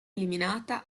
eliminata